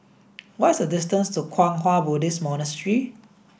what is the distance to Kwang Hua Buddhist Monastery